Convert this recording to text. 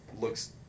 looks